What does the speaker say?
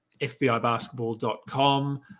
fbibasketball.com